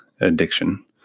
addiction